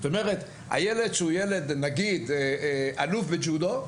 זאת אומרת, הילד, שנגיד והוא ילד אלוף בג'ודו,